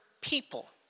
people